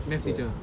math teacher